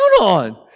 on